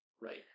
Right